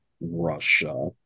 Russia